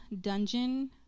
dungeon